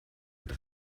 das